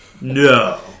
No